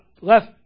left